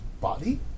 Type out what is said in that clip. body